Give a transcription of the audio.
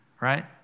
right